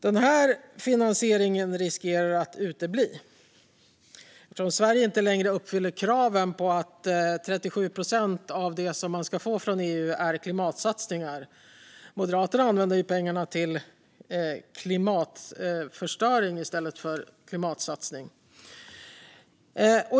Den här finansieringen riskerar att utebli, eftersom Sverige inte längre uppfyller kraven på 37 procent klimatsatsningar. Moderaterna använder ju pengarna till klimatförstöring i stället för klimatsatsning.